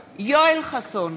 (קוראת בשמות חברי הכנסת) יואל חסון,